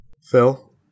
Phil